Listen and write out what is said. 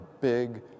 big